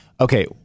okay